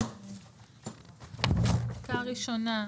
פסקה 1: